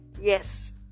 Yes